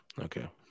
Okay